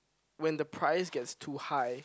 when the price gets too high